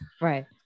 right